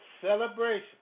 celebration